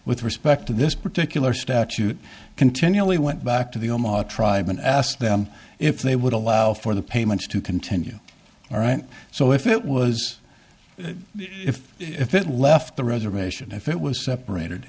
with respect to this particular statute continually went back to the omagh tribe and asked them if they would allow for the payments to continue all right so if it was if if it left the reservation if it was separated